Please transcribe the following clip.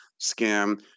scam